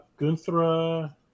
Gunthra